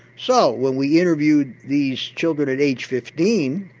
so when we interviewed these children at age fifteen,